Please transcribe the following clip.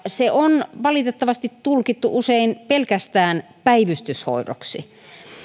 se on valitettavasti tulkittu usein pelkästään päivystyshoidoksi